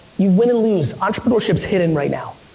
you win and lose, entrepreneurship's hidden right now.